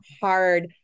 hard